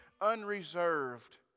unreserved